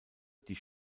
die